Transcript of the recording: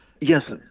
Yes